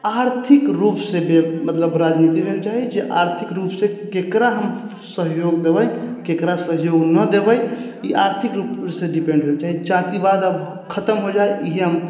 आर्थिक रूपसँ मतलब राजनीतिक होइके चाही जे आर्थिक रूपसँ ककरा हम सहयोग देबै ककरा सहयोग नहि देबै ई आर्थिक रूपसँ डिपेंड होइके चाही जातिवाद आब खतम होइ जाइ इहे हम